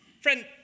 Friend